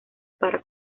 para